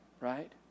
right